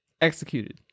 executed